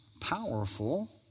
powerful